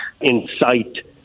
incite